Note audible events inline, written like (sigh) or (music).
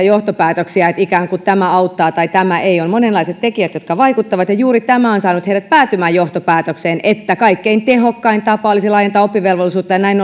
(unintelligible) johtopäätöksiä että ikään kuin tämä auttaa tai tämä ei on monenlaiset tekijät jotka vaikuttavat ja juuri tämä on saanut heidät päätymään johtopäätökseen että kaikkein tehokkain tapa olisi laajentaa oppivelvollisuutta ja näin (unintelligible)